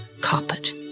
carpet